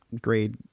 grade